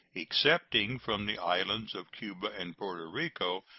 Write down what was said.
excepting from the islands of cuba and porto rico,